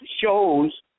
shows